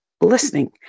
listening